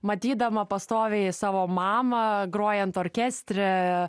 matydama pastoviai savo mamą grojant orkestre